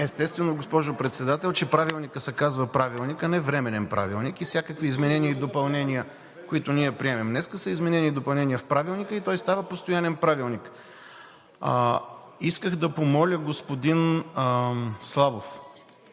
Естествено, госпожо Председател, че Правилникът се казва – Правилник, а не Временен правилник. Всякакви изменения и допълнения, които ние приемем днес, са изменения и допълнения в Правилника и той става постоянен правилник. Исках да помоля господин Славов